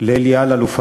לאלי אלאלוף,